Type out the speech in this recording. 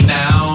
now